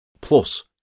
Plus